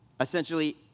Essentially